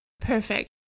Perfect